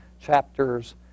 chapters